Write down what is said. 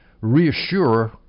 reassure